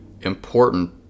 important